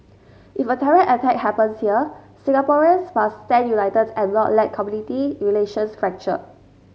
if a terror attack happens here Singaporeans must stand united and not let community relations fracture